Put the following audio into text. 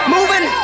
Moving